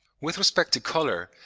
with respect to colour,